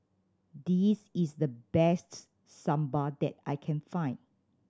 this is the best Sambar that I can find